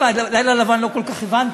"לילה לבן" לא כל כך הבנתי,